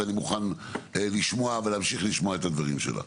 אני מוכן לשמוע ולהמשיך לשמוע את הדברים שלך,